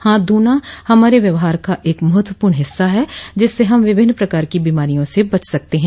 हाथ धोना हमारे व्यवहार का एक महत्वपूर्ण हिस्सा है जिससे हम विभिन्न प्रकार की बीमारियों से बच सकते हैं